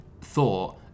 thought